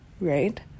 right